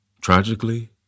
Tragically